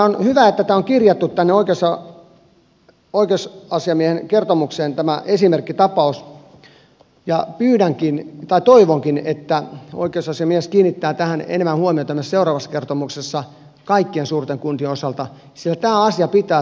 on hyvä että on kirjattu tänne oikeusasiamiehen kertomukseen tämä esimerkkitapaus ja toivonkin että oikeusasiamies kiinnittää tähän enemmän huomiota myös seuraavassa kertomuksessa kaikkien suurten kuntien osalta sillä tämä asia pitää saada kuntoon